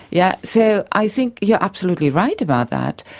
yeah so i think you're absolutely right about that,